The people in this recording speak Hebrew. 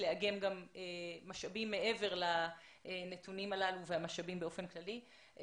ולאגם גם משאבים מעבר לנתונים הללו והמשאבים באופן כללי.